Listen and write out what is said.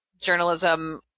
journalism